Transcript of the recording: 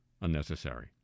unnecessary